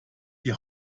die